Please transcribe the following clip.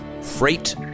freight